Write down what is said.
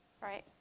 right